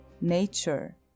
Nature